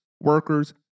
workers